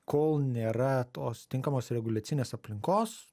kol nėra tos tinkamos reguliacinės aplinkos